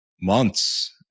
months